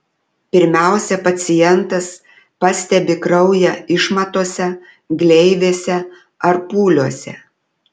pirmiausia pacientas pastebi kraują išmatose gleivėse ar pūliuose